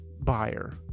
buyer